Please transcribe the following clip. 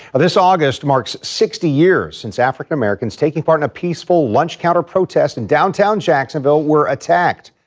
this august marks sixty years since african-americans taking part in a peaceful lunch counter protest in downtown jacksonville were attacked